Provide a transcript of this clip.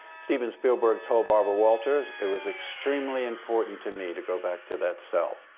steven spielberg told barbara walters, it was extremely important to me to go back to that cell,